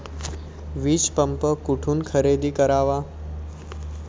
वीजपंप कुठून खरेदी करावा?